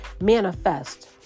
manifest